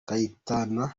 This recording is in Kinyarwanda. kayitana